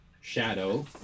Shadow